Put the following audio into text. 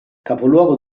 capoluogo